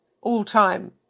all-time